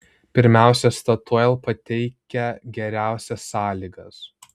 pirmiausiai statoil pateikė geriausias sąlygas